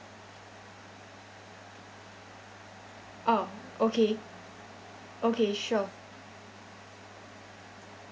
oh okay okay sure